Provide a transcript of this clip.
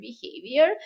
behavior